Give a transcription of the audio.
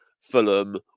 Fulham